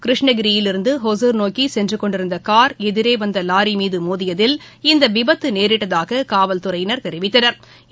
கிருஷ்ணகிரியிலிருந்து ஒகுர் நோக்கிசென்றுகொண்டிருந்தகார் எதிரேவந்தலாரிமீதமோதியதில் இந்தவிபத்தநேரிட்டதாககாவல்துறையினா் தெரிவித்தனா்